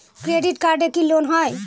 Credit কার্ডে কি loan হয়?